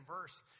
verse